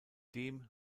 dem